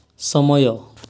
ସମୟ